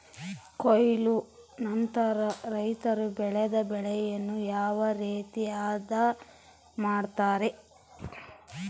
ಕೊಯ್ಲು ನಂತರ ರೈತರು ಬೆಳೆದ ಬೆಳೆಯನ್ನು ಯಾವ ರೇತಿ ಆದ ಮಾಡ್ತಾರೆ?